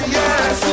yes